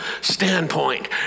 standpoint